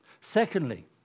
Secondly